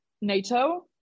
NATO